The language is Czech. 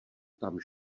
tam